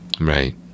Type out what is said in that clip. Right